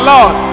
Lord